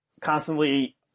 constantly